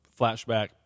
flashback